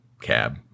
Cab